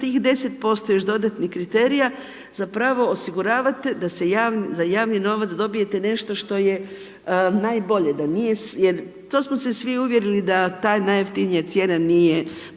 tih 10% još dodatnih kriterija zapravo osiguravate da za javni novac dobijete nešto što je najbolje, da nije, to smo se svi uvjerili da ta najjeftinija cijena nije